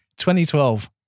2012